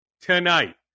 tonight